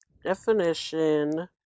Definition